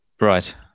right